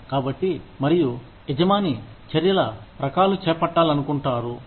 కాబట్టి మరియు యజమాని చర్యల రకాలుచేపట్టాలి అనుకుంటారు